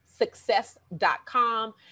success.com